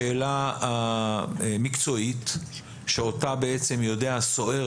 השאלה המקצועית שאותה בעצם יודע הסוהר